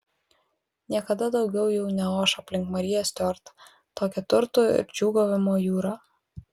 niekada daugiau jau neoš aplink mariją stiuart tokia turtų ir džiūgavimo jūra